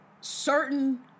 certain